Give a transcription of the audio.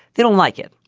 they don't like it.